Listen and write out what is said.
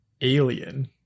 Alien